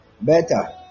Better